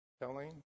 telling